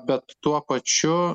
bet tuo pačiu